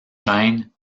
chênes